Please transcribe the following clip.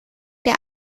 der